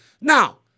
Now